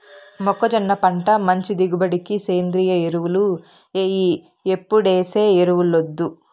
మొక్కజొన్న పంట మంచి దిగుబడికి సేంద్రియ ఎరువులు ఎయ్యి ఎప్పుడేసే ఎరువులొద్దు